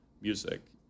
music